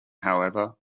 however